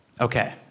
Okay